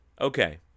okay